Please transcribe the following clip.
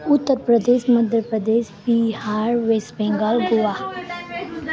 Uttar Pradesh Madhya Pradesh Bihar west Bengal Goa